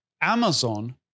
Amazon